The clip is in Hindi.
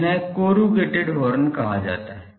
जिन्हें कोरूगेटेड हॉर्न कहा जाता है